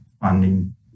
funding